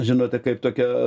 žinote kaip tokia